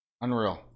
Unreal